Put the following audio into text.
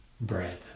bread